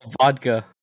vodka